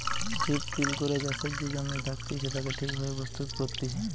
strip till করে চাষের যে জমি থাকতিছে তাকে ঠিক ভাবে প্রস্তুত করতিছে